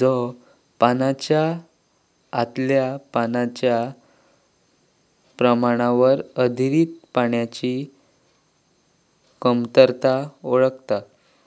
जो पानाच्या आतल्या पाण्याच्या प्रमाणावर आधारित पाण्याची कमतरता ओळखता